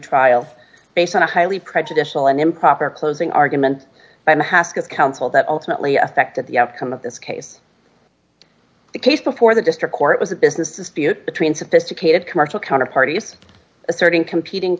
trial based on a highly prejudicial and improper closing argument by the haskell counsel that ultimately affected the outcome of this case the case before the district court was a business dispute between sophisticated commercial counter parties asserting competing